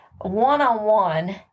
one-on-one